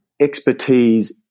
expertise